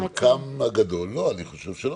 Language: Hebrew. חלקן הגדול, אני חושב שלא.